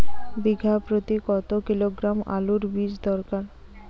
বিঘা প্রতি কত কিলোগ্রাম আলুর বীজ দরকার?